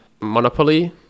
monopoly